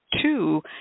two